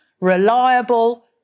reliable